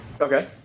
Okay